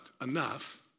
enough